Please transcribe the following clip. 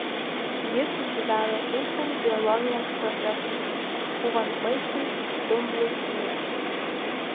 jis susidaro vykstant biologiniams procesams pūvant maistui dumblui mėšlui